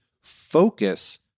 focus